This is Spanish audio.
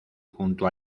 junto